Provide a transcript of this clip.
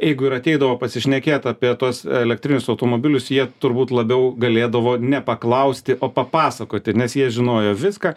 jeigu ir ateidavo pasišnekėt apie tuos elektrinius automobilius jie turbūt labiau galėdavo nepaklausti o papasakoti nes jie žinojo viską